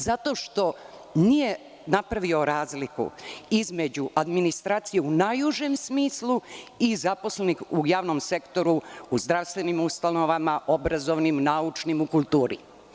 Zato što nije napravio razliku između administracije u najužem smislu i zaposlenih u javnom sektoru, u zdravstvenim ustanovama, obrazovnim, naučnim, u kulturi.